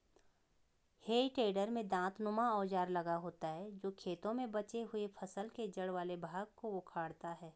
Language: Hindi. हेइ टेडर में दाँतनुमा औजार लगा होता है जो खेतों में बचे हुए फसल के जड़ वाले भाग को उखाड़ता है